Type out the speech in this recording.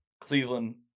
Cleveland